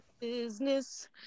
...business